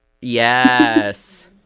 Yes